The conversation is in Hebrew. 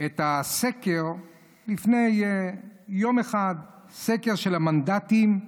את הסקר לפני יום אחד, סקר של המנדטים,